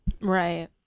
Right